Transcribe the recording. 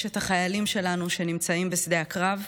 יש את החיילים שלנו שנמצאים בשדה הקרב,